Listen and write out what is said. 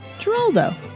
Geraldo